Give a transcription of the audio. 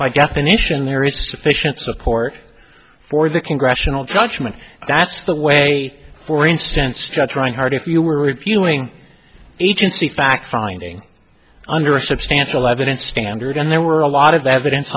by definition there is sufficient support for the congressional judgment that's the way for instance to try hard if you were reviewing agency fact finding under a substantial evidence standard and there were a lot of evidence